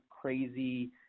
crazy